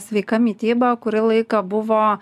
sveika mityba kurį laiką buvo